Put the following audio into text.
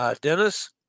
Dennis